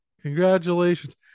congratulations